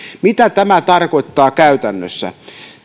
mitä tämä tarkoittaa käytännössä